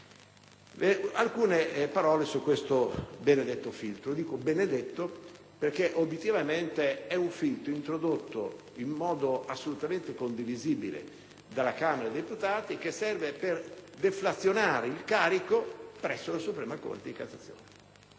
brevemente su questo benedetto filtro. Dico "benedetto" perché obiettivamente è stato introdotto in modo assolutamente condivisibile dalla Camera dei deputati, poiché serve per deflazionare il carico di lavoro presso la Suprema corte di cassazione.